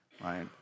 right